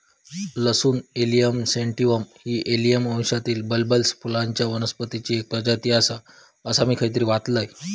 लसूण allium sativum ही allium वंशातील बल्बस फुलांच्या वनस्पतीची एक प्रजाती आसा, असा मी खयतरी वाचलंय